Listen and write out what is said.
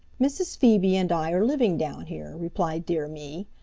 mrs. phoebe and i are living down here, replied dear me.